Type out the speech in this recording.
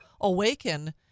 awaken